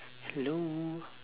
hello